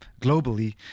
globally